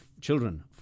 children